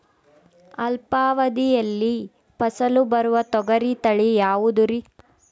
ಅಲ್ಪಾವಧಿಯಲ್ಲಿ ಫಸಲು ಬರುವ ತೊಗರಿ ತಳಿ ಯಾವುದುರಿ?